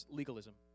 legalism